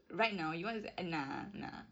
right now you want to nah nah